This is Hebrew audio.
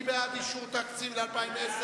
מי בעד אישור תקציב ל-2010?